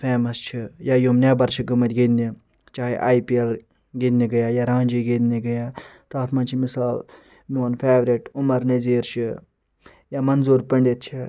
famous چھِ یا یِم نٮ۪بر چھِ گٔمٕتۍ گِندنہِ چاہے اے پی ایل گِندنہِ گٔے یا رانجی گِندنہِ گٔے یا تتھ منٛز چھِ مثال مٮ۪ون فیورِٹ عمر نضیر چھُ یا منظور پنڈِت چھِ